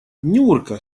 нюрка